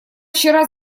вчера